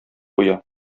куя